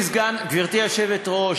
גברתי היושבת-ראש,